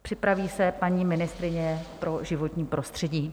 Připraví se paní ministryně pro životní prostředí.